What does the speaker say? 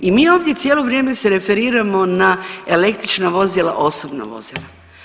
I mi ovdje cijelo vrijeme se referiramo na električna vozila, osobna vozila.